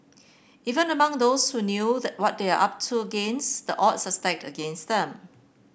even among those who knew the what they are up to against the odds against them